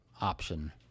option